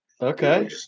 Okay